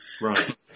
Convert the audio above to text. Right